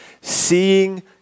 Seeing